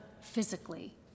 physically